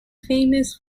famous